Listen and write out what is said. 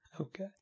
Okay